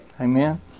Amen